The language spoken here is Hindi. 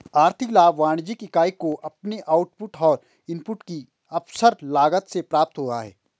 आर्थिक लाभ वाणिज्यिक इकाई को अपने आउटपुट और इनपुट की अवसर लागत से प्राप्त हुआ है